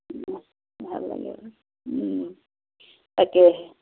ভাল লাগে তাকে